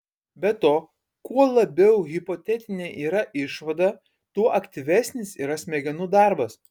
be to kuo labiau hipotetinė yra išvada tuo aktyvesnis yra smegenų darbas